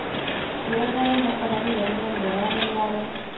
కూరగాయ మొక్కలకు ఎరువులను ఎలా వెయ్యాలే?